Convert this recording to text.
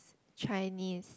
Chinese